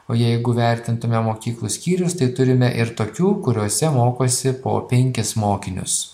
o jeigu vertintumėme mokyklų skyrius tai turime ir tokių kuriose mokosi po penkis mokinius